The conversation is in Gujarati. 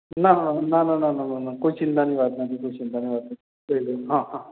ના ના ના ના ના ના ના કોઈ ચિંતાની વાત નથી કોઈ ચિંતાની વાત નથી હા હા